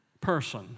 person